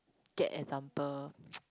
get example